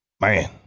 Man